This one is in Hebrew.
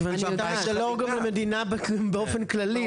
מכיוון שזה לא --- גם המדינה באופן כללי,